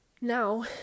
now